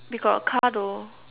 we got a car though